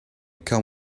come